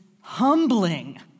humbling